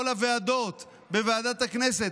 בכל הוועדות, בוועדת הכנסת?